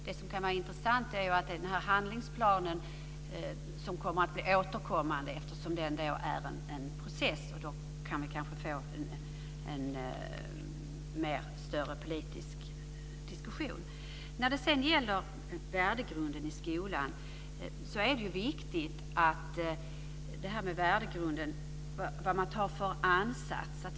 Det som kan vara intressant är den handlingsplan som ska bli återkommande, eftersom den är ett led i en process. Vi kan då kanske få en större politisk diskussion. När det sedan gäller värdegrunden i skolan är det viktigt vilken ansats man gör.